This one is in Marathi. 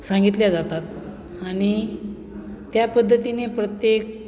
सांगितल्या जातात आणि त्या पद्धतीने प्रत्येक